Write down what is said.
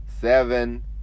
Seven